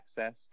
access